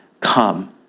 Come